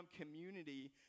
community